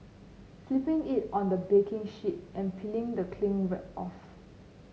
flipping it on the baking sheet and peeling the cling wrap off